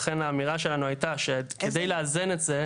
האמירה שלנו הייתה שכדי לאזן את זה.